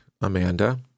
Amanda